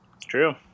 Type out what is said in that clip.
True